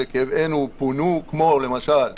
לכאבנו פונו כמו למשל מגרון,